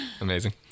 Amazing